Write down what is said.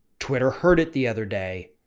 twitter heard it the other day,